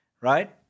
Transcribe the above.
right